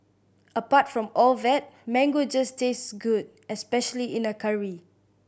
apart from all that mango just tastes good especially in a curry